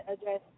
address